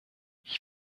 ich